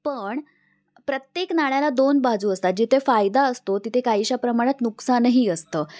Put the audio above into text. पण प्रत्येक नाण्याला दोन बाजू असतात जिथे फायदा असतो तिथे काहीशा प्रमाणात नुकसानही असतं